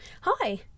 Hi